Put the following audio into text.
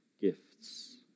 gifts